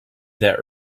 that